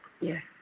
Yes